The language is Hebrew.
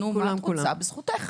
בזכותך.